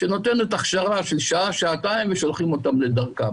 שנותנת הכשרה של שעה-שעתיים ושולחים אותם לדרכם.